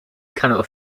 cannot